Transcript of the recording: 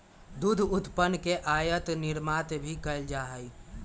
दुध उत्पादन के आयात निर्यात भी कइल जा हई